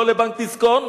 לא לבנק דיסקונט,